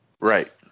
Right